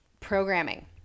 programming